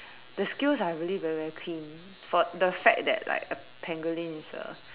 the scales are really very very clean for the fact that like a pangolin is a